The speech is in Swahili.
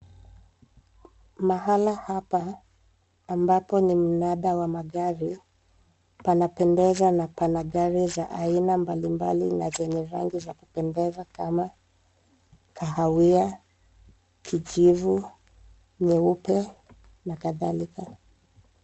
Mahala hapa ambapo ni mnada wa magari panapendeza na pana magari za aina mbalimbali na zenye rangi za kupendeza kama kahawia, kijivu, nyeupe na kadhalika.